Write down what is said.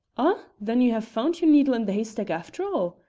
ah! then you have found your needle in the haystack after all?